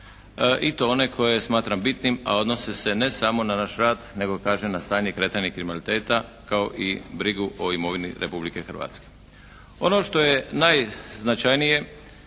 i to one koje smatram bitnim, a odnose se ne samo na naš rad nego kažem na stanje i kretanje kriminaliteta kao i brigu o imovini Republike Hrvatske. Ono što je najznačajnije